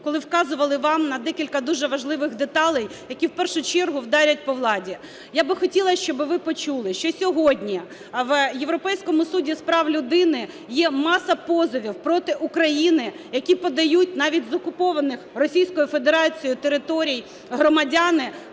коли вказували вам на декілька дуже важливих деталей, які в першу чергу вдарять по владі. Я би хотіла, щоб ви почули, що сьогодні в Європейському суді з прав людини є маса позовів проти України, які подають навіть з окупованих Російською Федерацією територій громадяни,